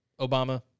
Obama